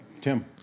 Tim